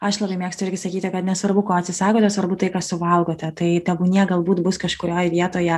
aš labai mėgstu irgi sakyti kad nesvarbu ko atsisakote svarbu tai ką suvalgote tai tebūnie galbūt bus kažkurioj vietoje